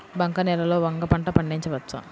బంక నేలలో వంగ పంట పండించవచ్చా?